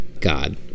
god